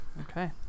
Okay